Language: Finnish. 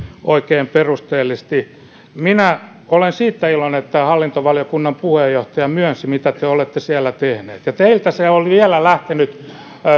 oikein perusteellisesti minä olen siitä iloinen että hallintovaliokunnan puheenjohtaja myönsi mitä te te olette siellä tehneet ja teiltä se on vielä lähtenyt